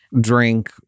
drink